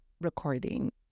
recording